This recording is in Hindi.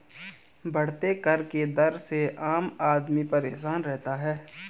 बढ़ते कर के दर से आम आदमी परेशान रहता है